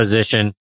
position